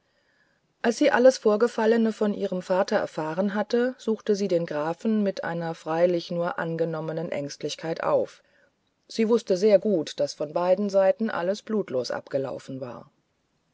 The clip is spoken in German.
als sie alles vorgefallene von ihrem vater erfahren hatte suchte sie den grafen mit einer freilich nur angenommenen ängstlichkeit auf sie wußte sehr gut daß von beiden seiten alles blutlos abgelaufen war